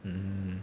mm